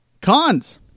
Cons